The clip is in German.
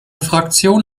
fraktion